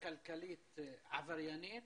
גם ברמה המקומית, בחברה הערבית,